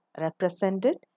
represented